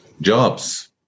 jobs